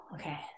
okay